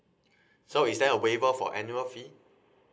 so is there a waiver for annual fee